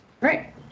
Right